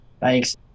Thanks